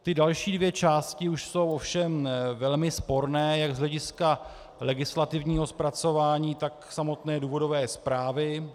Ty další dvě části už jsou ovšem velmi sporné jak z hlediska legislativního zpracování, tak samotné důvodové zprávy.